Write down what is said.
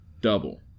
double